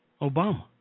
Obama